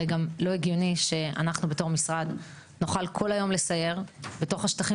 הרי גם לא הגיוני שאנחנו בתור משרד נוכל כל היום לסייר בתוך השטחים